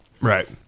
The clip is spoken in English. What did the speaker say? Right